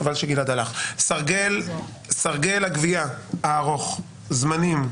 סרגל הגבייה הארוך: זמנים?